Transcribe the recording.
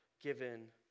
given